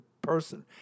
person